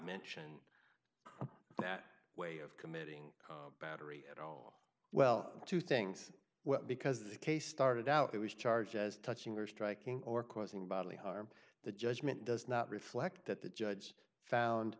mention that way of committing battery at all well two things well because the case started out it was charged as touching or striking or causing bodily harm the judgment does not reflect that the judge found